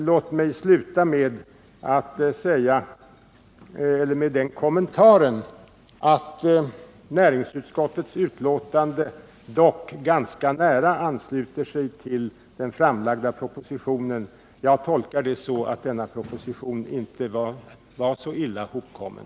Låt mig avsluta med kommentaren att näringsutskottets betänkande ganska nära ansluter sig till den framlagda propositionen. Jag tolkar det så att denna proposition inte var så illa hopkommen.